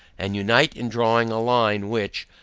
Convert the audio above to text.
and unite in drawing a line, which,